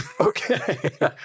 Okay